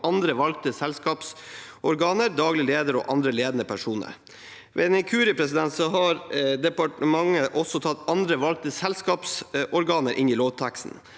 andre valgte selskapsorganer, daglig leder og andre ledende personer.» Ved en inkurie har departementet tatt også «andre valgte selskapsorganer» inn i lovteksten.